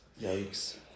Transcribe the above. yikes